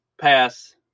pass